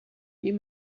you